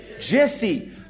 Jesse